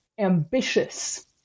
ambitious